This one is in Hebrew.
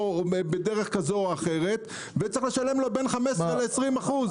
בדרך כזו או אחרת והוא צריך לשלם לו בין 15% ל-20%.